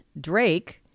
Drake